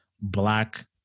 black